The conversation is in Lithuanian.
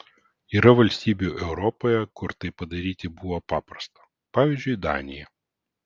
yra valstybių europoje kur tai padaryti buvo paprasta pavyzdžiui danija